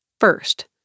First